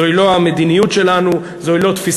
זוהי לא המדיניות שלנו, זוהי לא תפיסתנו.